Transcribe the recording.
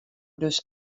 dus